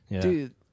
Dude